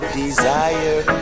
desire